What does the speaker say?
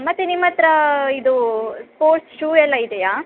ಮತ್ತೆ ನಿಮ್ಮ ಹತ್ರ ಇದು ಸ್ಪೋರ್ಟ್ಸ್ ಶೂ ಎಲ್ಲ ಇದೆಯ